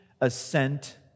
assent